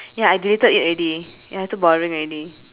ya I deleted it already ya too boring already